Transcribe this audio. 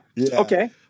Okay